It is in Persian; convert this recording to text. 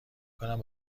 کنم